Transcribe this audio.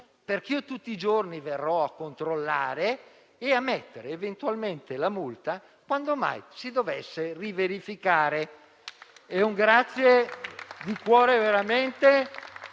perché tutti i giorni verrò a controllare e a mettere eventualmente la multa quando mai si dovesse riverificare. Rivolgo veramente